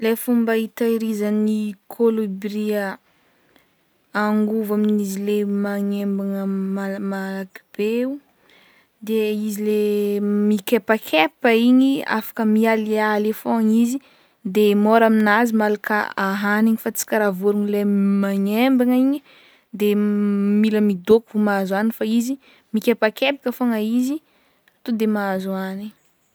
Lay fomba itahirizan'ny colibri a angovo amin'izy lay magnaimbagna mal- malaky be o de izy le mikepakepa igny afaka mialialy fogna izy de môra amignazy malaka ahanigny fa tsy karaha vôrogno lay magnaimbagna igny de mila midôko vô mahazo hanigny fa izy mikepakepaka fogna izy to de mahazo hanigny.